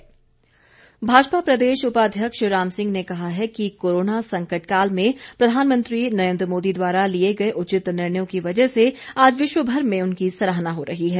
आत्मनिर्भर भाजपा प्रदेश उपाध्यक्ष राम सिंह ने कहा है कि कोरोना संकटकाल में प्रधानमंत्री नरेन्द्र मोदी द्वारा लिए गए उचित निर्णयों की वजह से आज विश्वभर में उनकी सराहना हो रही है